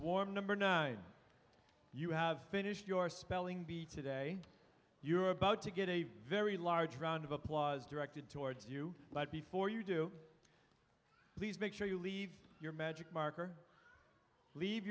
swarm number nine you have finished your spelling bee today you are about to get a very large round of applause directed towards you but before you do please make sure you leave your magic marker leave